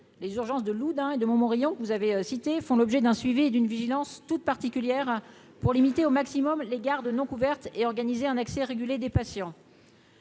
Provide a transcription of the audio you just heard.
les urgences de Loudun et de Montmorillon, que vous avez cité font l'objet d'un suivi et d'une vigilance toute particulière pour limiter au maximum les garde non couvertes et organiser un accès régulé des patients